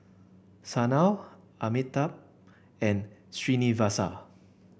Sanal Amitabh and Srinivasa